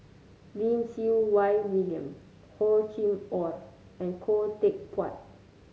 Lim Siew Wai William Hor Chim Or and Khoo Teck Puat